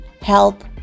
help